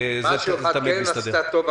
משהו אחד כן הקורונה עשתה טוב,